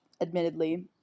admittedly